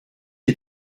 est